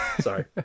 sorry